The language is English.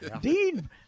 Dean